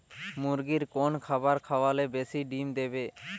মুরগির কোন খাবার খাওয়ালে বেশি ডিম দেবে?